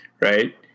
right